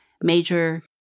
major